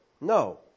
No